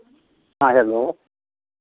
हाँ हेलो